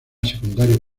secundario